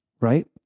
Right